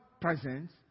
presence